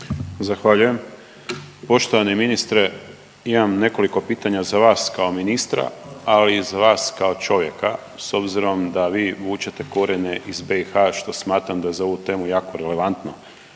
Zahvaljujem. Poštovani ministre imam nekoliko pitanja za vas kao ministra, ali i za vas kao čovjeka s obzirom da vi vučete korijene iz BiH što smatram da je za ovu temu jako relevantno.